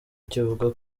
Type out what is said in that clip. kivuga